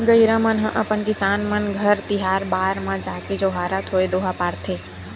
गहिरा मन ह अपन किसान मन घर तिहार बार म जाके जोहारत होय दोहा पारथे